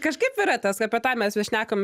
kažkaip yra tas apie tą mes vis šnekam